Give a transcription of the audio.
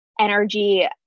energy